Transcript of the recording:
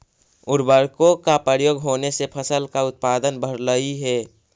उर्वरकों का प्रयोग होने से फसल का उत्पादन बढ़लई हे